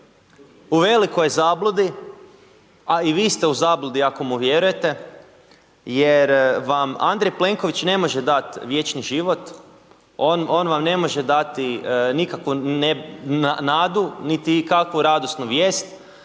u velikoj je zabludi a i vi ste u zabludi ako mu vjerujete jer vam Andrej Plenković ne može dat vječni život, on vam ne može dati nikakvu nadu niti kakvu radosnu vijest,